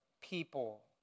people